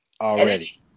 already